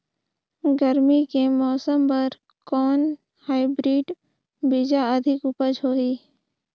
गरमी के मौसम बर कौन हाईब्रिड बीजा अधिक उपज होही?